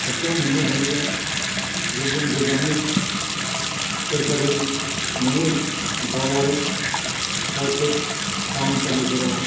खाथियाव मोननो हायियाव गुबुन गोजाननि सोरखारि नङै गावारि प्राइभेट फाहामसालिफोराव